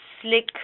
Slick